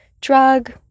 drug